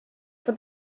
for